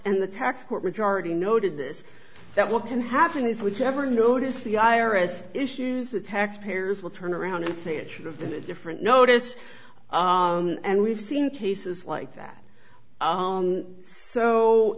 and the tax court majority noted this that what can happen is whichever notice the i r s issues the tax payers will turn around and say it should have been a different notice and we've seen cases like that